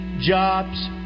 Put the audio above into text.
Jobs